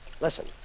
Listen